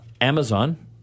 Amazon